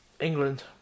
England